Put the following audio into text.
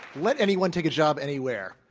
let anyone take a job anywhere.